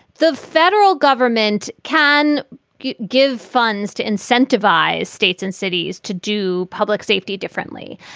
the federal government can give funds to incentivize states and cities to do public safety differently.